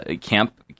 camp